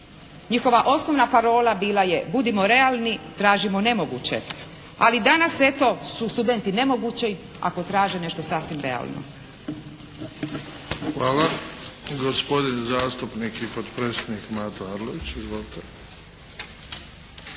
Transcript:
Njihova osnovna parola je bila: «Budimo realni, tražimo nemoguće.» Ali danas eto su studenti nemogući ako traže nešto sasvim realno. **Bebić, Luka (HDZ)** Hvala. Gospodin zastupnik i potpredsjednik Mato Arlović,